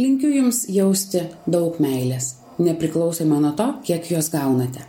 linkiu jums jausti daug meilės nepriklausomai nuo to kiek jos gaunate